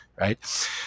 right